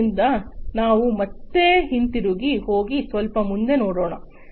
ಆದ್ದರಿಂದ ಈಗ ನಾವು ಮತ್ತೆ ಹಿಂತಿರುಗಿ ಹೋಗಿ ಸ್ವಲ್ಪ ಮುಂದೆ ನೋಡೋಣ